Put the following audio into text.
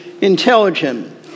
intelligent